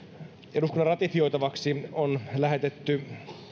eduskunnan ratifioitavaksi on lähetetty